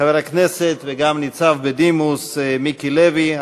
חבר הכנסת וגם ניצב בדימוס מיקי לוי,